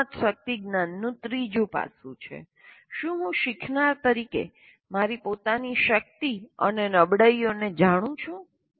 આ સમજશકિત જ્ઞાનનું ત્રીજું પાસું છે શું હું શીખનાર તરીકે મારી પોતાની શક્તિ અને નબળાઇઓને જાણું છું